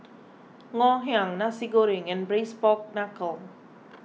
Ngoh Hiang Nasi Goreng and Braised Pork Knuckle